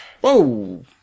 Whoa